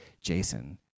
Jason